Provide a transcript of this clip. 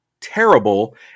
terrible